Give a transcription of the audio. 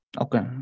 Okay